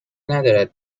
ندارد